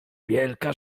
wielka